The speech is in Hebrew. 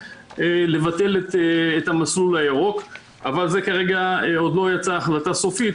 לבטל את המסלול הירוק אבל כרגע עוד לא יצאה החלטה סופית